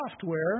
software